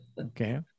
Okay